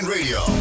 Radio